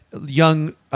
young